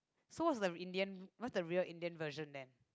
so what is the Indian what is the real Indian version then